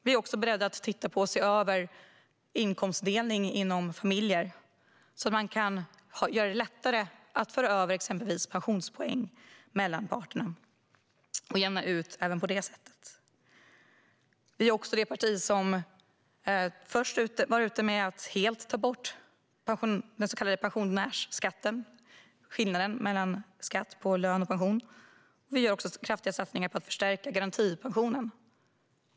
Vi är också beredda på att titta på och se över inkomstdelning inom familjer för att göra det lättare att föra över exempelvis pensionspoäng mellan parterna och även på det sättet jämna ut. Vi är också det parti som var först ute med att helt ta bort den så kallade pensionärsskatten, alltså skillnaden mellan skatt på lön och på pension. Vi gör också kraftiga satsningar på att förstärka garantipensionen.